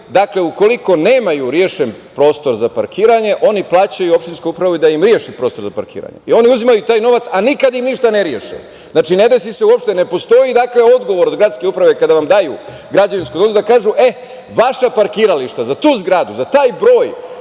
Dakle, ukoliko nemaju rešen prostor za parkiranje oni plaćaju opštinskoj upravi da im reši prostor za parkiranje i oni uzimaju taj novac, a nikad im ništa ne reše. Znači, ne desi se uopšte, ne postoji odgovor od Gradske uprave da vam daju građevinsku dozvolu i da kažu vaša parkirališta za tu zgradu, za taj broj,